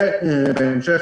ובהמשך,